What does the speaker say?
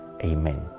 Amen